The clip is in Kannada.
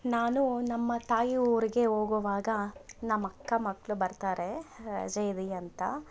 ನಾನು ನಮ್ಮ ತಾಯಿ ಊರಿಗೆ ಹೋಗುವಾಗ ನಮ್ಮಅಕ್ಕ ಮಕ್ಳು ಬರ್ತಾರೆ ರಜೆ ಇದೆ ಅಂತ